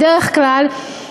בדרך כלל,